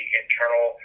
internal